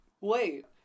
Wait